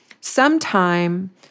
Sometime